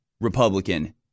Republican